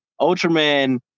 Ultraman